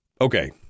Okay